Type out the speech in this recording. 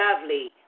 lovely